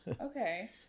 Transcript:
okay